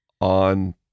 On